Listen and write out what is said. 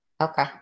okay